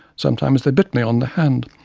sometimes they bit me on the hand,